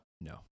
No